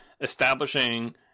establishing